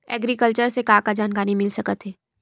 Agriculture से का का जानकारी मिल सकत हे?